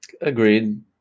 Agreed